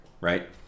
right